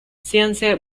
science